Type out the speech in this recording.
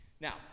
now